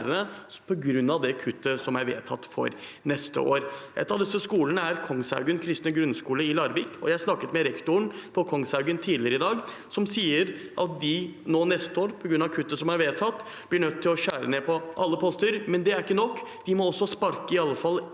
på grunn av kuttet som er vedtatt for neste år. En av disse skolene er Kongshaugen kristne grunnskole i Larvik. Jeg snakket med rektoren på Kongshaugen tidligere i dag, som sier at de på grunn av kuttet som er vedtatt, til neste år blir nødt til å skjære ned på alle poster. Men det er ikke nok – de må også sparke i alle fall